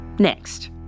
Next